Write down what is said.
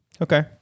Okay